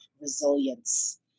resilience